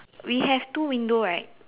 we have two window right